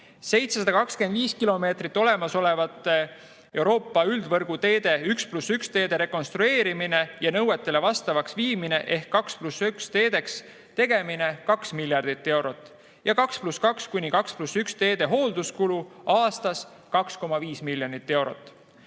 725 kilomeetrit olemasolevate Euroopa üldvõrgu teede, 1 + 1 teede rekonstrueerimine ja nõuetele vastavaks viimine ehk 2 + 1 teedeks tegemine 2 miljardit eurot, 2 + 2 kuni 2 + 1 teede hoolduskulu aastas on 2,5 miljonit eurot.